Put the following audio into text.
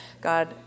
God